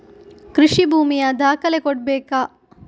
ಕೃಷಿ ಭೂಮಿಯ ದಾಖಲೆ ಕೊಡ್ಬೇಕಾ?